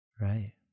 right